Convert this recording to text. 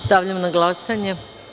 Stavljam na glasanje.